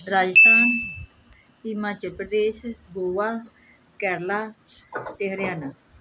ਰਾਜਸਥਾਨ ਹਿਮਾਚਲ ਪ੍ਰਦੇਸ਼ ਗੋਆ ਕੇਰਲਾ ਅਤੇ ਹਰਿਆਣਾ